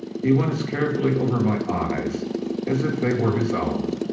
he went as carefully over my eyes as if they were his own,